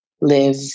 live